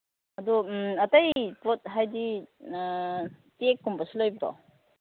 ꯑꯗꯣ ꯑꯇꯩ ꯄꯣꯠ ꯍꯥꯏꯕꯗꯤ ꯇꯦꯛꯀꯨꯝꯕꯁꯨ ꯂꯩꯕ꯭ꯔꯣ